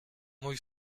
mój